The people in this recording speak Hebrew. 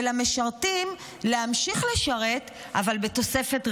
ולמשרתים להמשיך לשרת, אבל בתוספת ריבית.